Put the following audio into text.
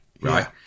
Right